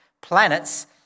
planets